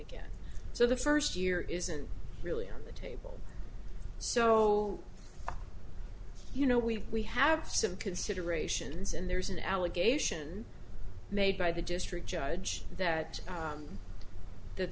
again so the first year isn't really on the table so you know we we have some considerations and there's an allegation made by the district judge that that